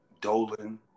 Dolan